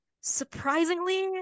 surprisingly